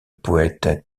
poète